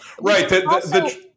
Right